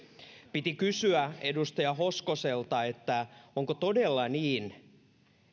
piti kysyä edustaja hoskoselta onko todella niin